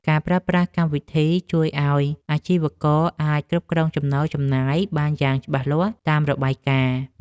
ការប្រើប្រាស់កម្មវិធីជួយឱ្យអាជីវករអាចគ្រប់គ្រងចំណូលចំណាយបានយ៉ាងច្បាស់លាស់តាមរបាយការណ៍។